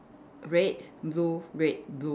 red blue red blue